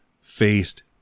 faced